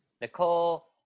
Nicole